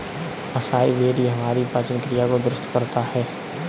acai berry हमारी पाचन क्रिया को दुरुस्त करता है